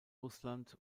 russland